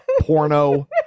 porno